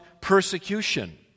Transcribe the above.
persecution